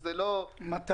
מתי?